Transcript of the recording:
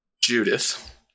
Judith